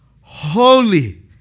holy